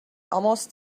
almost